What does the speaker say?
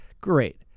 great